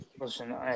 Listen